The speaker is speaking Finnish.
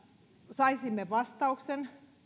saisimme vastauksen